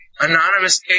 Anonymous